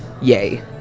yay